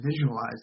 visualize